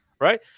right